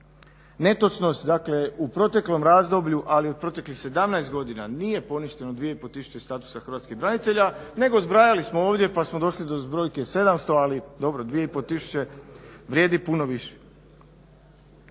netočnost, dakle u proteklom razdoblju ali u proteklih 17 godina nije poništeno 2 i pol tisuće statusa hrvatskih branitelja nego zbrajali smo ovdje pa smo došli do brojke 700 ali dobro, dvije i pol